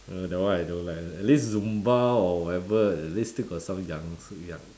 uh that one I don't like at least zumba or whatever at least still got some youngst~ young